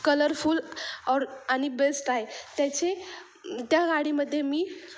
colourful औ आणि best आ आहे त्याचे त्या गाडीमध्ये मी